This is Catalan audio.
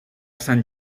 sant